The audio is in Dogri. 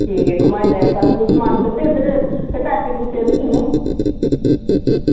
ते ठीक ऐ घुमाई लैयो तुस मानसर ते इत्थें ते पैसे एह्दे किन्ने